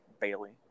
Bailey